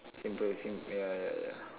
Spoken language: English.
simple seem ya ya ya ya